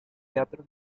teatro